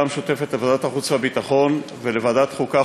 המשותפת לוועדת החוץ והביטחון ולוועדת החוקה,